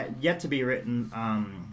yet-to-be-written